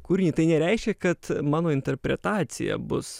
kūrinį tai nereiškia kad mano interpretacija bus